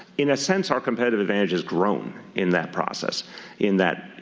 in a sense our competitive advantage has grown in that process in that,